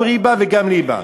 גם ריבה וגם ליבה.